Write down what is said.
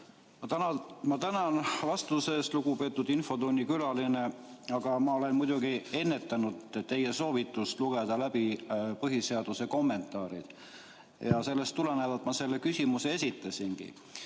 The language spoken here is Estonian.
Ma tänan vastuse eest, lugupeetud infotunni külaline! Aga ma olen muidugi ennetanud teie soovitust lugeda läbi põhiseaduse kommentaarid. Sellest tulenevalt ma selle küsimuse esitasingi.